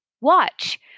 watch